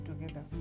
together